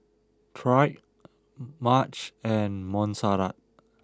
Trae Madge and Montserrat